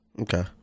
Okay